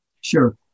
Sure